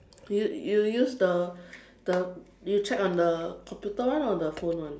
you you use the the you check on the computer one or the phone one